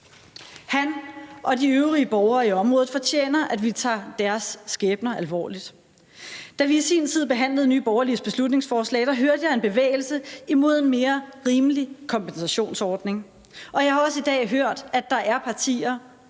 Han og de øvrige borgere i området fortjener, at vi tager deres skæbner alvorligt. Da vi i sin tid behandlede Nye Borgerliges beslutningsforslag, hørte jeg en bevægelse imod en mere rimelige kompensationsordning, og jeg har også i dag hørt, at der er partier